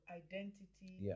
identity